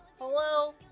Hello